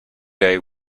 day